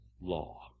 law